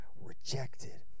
rejected